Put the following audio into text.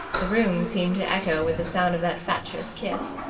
the room seemed to echo with the sound of that fatuous kiss.